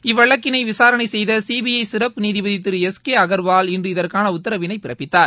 இவ்வழக்கினை விசாரணை செய்த சிபிஐ சிறப்பு நீதிபதி திரு எஸ் கே அகர்வால் இன்று இதற்கான உத்தரவினை பிறப்பித்தார்